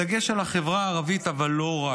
בדגש על החברה הערבית, אבל לא רק.